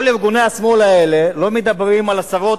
כל ארגוני השמאל האלה לא מדברים על עשרות